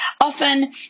often